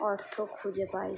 অর্থ খুঁজে পাই